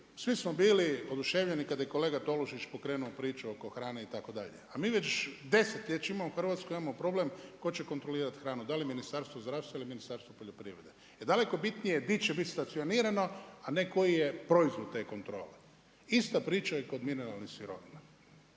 svi smo bili oduševljeni kada je kolega Tolušić pokrenuo priču oko hrane itd., a mi već desetljećima u Hrvatskoj imamo problem tko će kontrolirati hranu, da li Ministarstvo zdravstva ili Ministarstvo poljoprivrede jel daleko bitnije gdje će biti stacionirano, a ne koji je proizvod te kontrole. Ista priča je kod mineralnih sirovina.